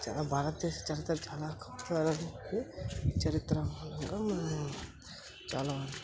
చాలా భారతదేశ చరిత్ర చాలా గొప్పదైనది చరిత్రలో చాలా